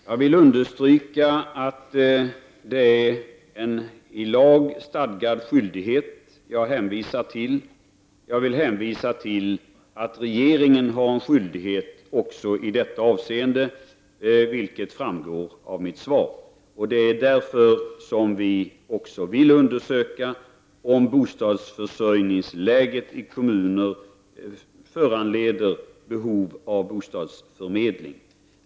Fru talman! Jag vill understryka att jag hänvisar till en i lag stadgad skyldighet. Regeringen har också en skyldighet, vilket framgår av mitt svar. Därför vill vi nu undersöka om bostadsförsörjningsläget i kommunerna visar att det finns ett behov av bostadsförmedling.